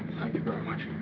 thank you very much.